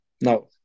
no